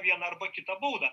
vieną arba kitą baudą